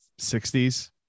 60s